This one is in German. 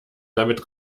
damit